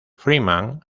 freeman